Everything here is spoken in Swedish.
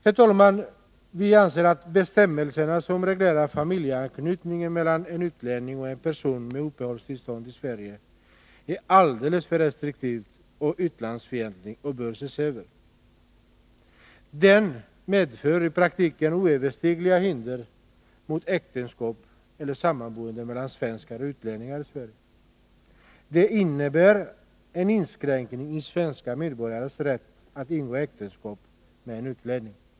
Bestämmelserna som reglerar familjeanknytning mellan en utlänning och en person med uppehållstillstånd i Sverige är alldeles för restriktiva och utlänningsfientliga och bör ses över. De medför i praktiken oöverstigliga hinder mot äktenskap eller samboende mellan svenskar och utlänningar i Sverige. De innebär en inskränkning i svenska medborgares rätt att ingå äktenskap med en utlänning.